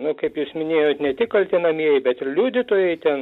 nu kaip jūs minėjot ne tik kaltinamieji bet ir liudytojai ten